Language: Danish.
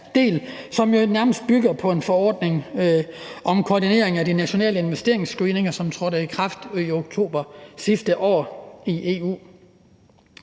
jo nærmest bygger på en forordning om koordinering af de nationale investeringsscreeninger, som trådte i kraft i oktober sidste år i EU.